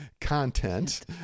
content